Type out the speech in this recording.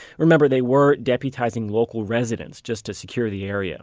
remember, they were deputizing local residents just to secure the area